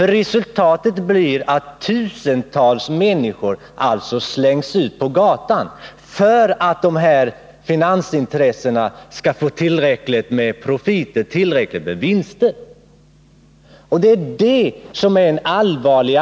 Resultatet blir att tusentals människor slängs ut på gatan för att dessa finansintressen skall få tillräckligt med profit. Det är detta som är så allvarligt.